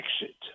exit